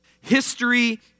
History